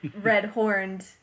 red-horned